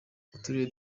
uturere